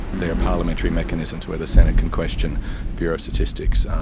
there are parliamentary mechanisms where the senate can question the bureau of statistics,